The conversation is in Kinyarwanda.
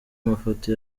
mafoto